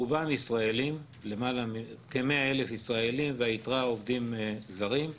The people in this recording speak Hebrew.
רובם ישראלים כ-100,000 ישראלים והיתרה עובדים זרים.